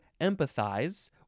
empathize